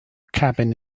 cabin